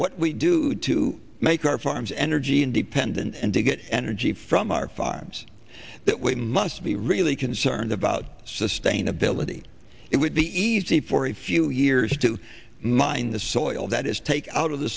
what we do to make our farms energy independent and to get energy from our farms that we must be really concerned about sustainability it would be easy for a few years to mine the soil that is taken out of the